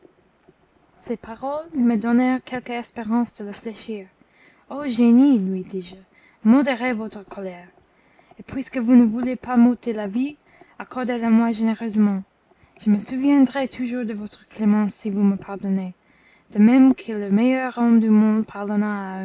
ces paroles me donnèrent quelque espérance de le fléchir ô génie lui dis-je modérez votre colère et puisque vous ne voulez pas m'ôter la vie accordez la moi généreusement je me souviendrai toujours de votre clémence si vous me pardonnez de même que le meilleur homme du monde pardonna